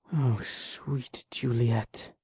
sweet juliet,